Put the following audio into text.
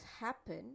happen